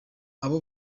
abo